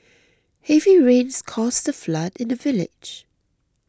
heavy rains caused a flood in the village